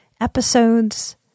episodes